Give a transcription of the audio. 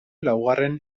laugarren